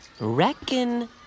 Reckon